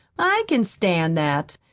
i can stand that.